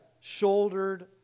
shouldered